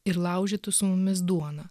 ir laužytų su mumis duoną